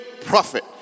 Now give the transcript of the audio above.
prophet